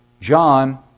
John